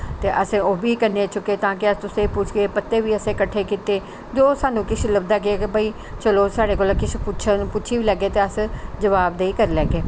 ते अस ओह् बी करदे गे ताकि अस तुसेंगी पुच्छगे पत्ते बी आसें कट्ठे कीते जो स्हानू किश लभदा गेआ भाई चलो साढ़े कोला किश पुच्छन पुच्छी बी लैगे ते अस जवाव देई करी लेगे